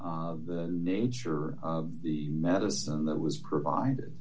the nature of the medicine that was provided